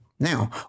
Now